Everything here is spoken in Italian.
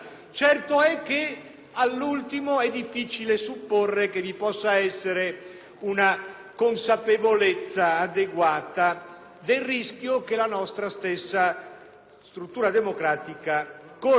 consapevolezza adeguata del rischio che la nostra stessa struttura democratica corre. Tra l'altro, in una estemporaneità della nostra normativa elettorale, fosse questo un